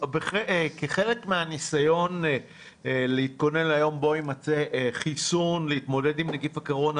כחלק מהניסיון להתכונן ליום בו ייצא חיסון להתמודד עם נגיף הקורונה,